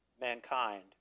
mankind